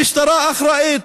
המשטרה אחראית,